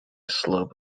slope